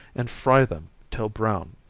and fry them till brown.